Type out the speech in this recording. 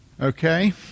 Okay